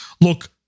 look